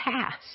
past